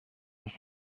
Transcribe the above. und